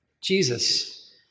Jesus